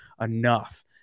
enough